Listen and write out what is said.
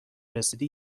رسیدی